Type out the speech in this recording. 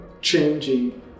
changing